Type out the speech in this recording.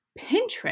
Pinterest